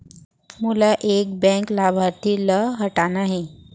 मोला एक बैंक लाभार्थी ल हटाना हे?